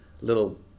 little